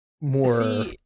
more